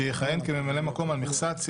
אנחנו נענים לבקשתם.